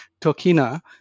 Tokina